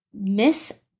Miss